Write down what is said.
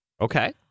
Okay